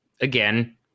again